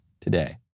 today